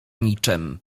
niczem